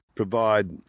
provide